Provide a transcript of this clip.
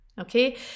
okay